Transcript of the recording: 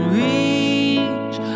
reach